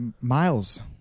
Miles